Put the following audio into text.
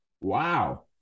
Wow